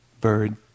bird